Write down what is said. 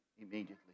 immediately